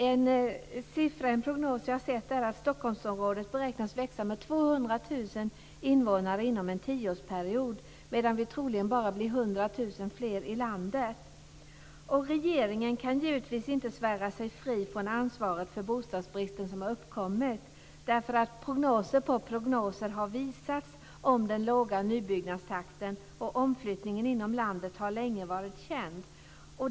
En prognos som jag har sett visar att Stockholmsområdet beräknas växa med 200 000 invånare inom en tioårsperiod, medan vi troligen bara blir Regeringen kan givetvis inte svära sig fri från ansvaret för den bostadsbrist som uppkommit, därför att prognos på prognos har visat på den låga nybyggnadstakten, och omflyttningen inom landet har länge varit känd.